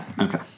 Okay